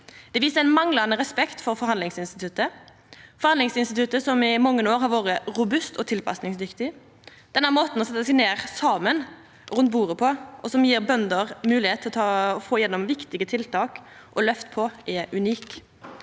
Det viser ein manglande respekt for forhandlingsinstituttet, som i mange år har vore robust og tilpassingsdyktig. Denne måten å setja seg ned saman rundt bordet på, og som gjev bønder moglegheit til å få gjennom viktige tiltak og løft, er unik.